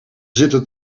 zitten